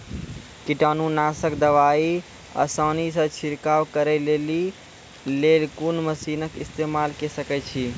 कीटनासक दवाई आसानीसॅ छिड़काव करै लेली लेल कून मसीनऽक इस्तेमाल के सकै छी?